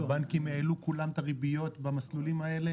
הבנקים העלו כולם את הריביות במסלולים האלה